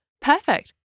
Perfect